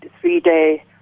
three-day